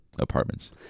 apartments